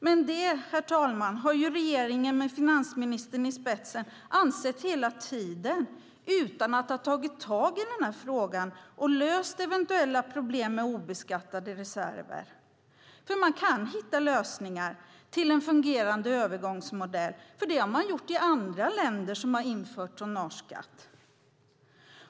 Men det har regeringen med finansministern i spetsen ansett hela tiden utan att ha tagit tag i denna fråga och löst eventuella problem med obeskattade reserver. Man kan nämligen hitta lösningar till en fungerande övergångsmodell. Det har man gjort i andra länder som har infört tonnageskatt.